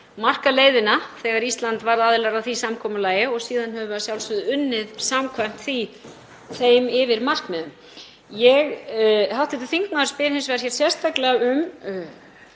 markað leiðina þegar Ísland varð aðili að því samkomulagi og síðan höfum við að sjálfsögðu unnið samkvæmt þeim yfirmarkmiðum. Hv. þingmaður spyr hins vegar sérstaklega um